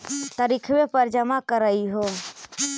तरिखवे पर जमा करहिओ?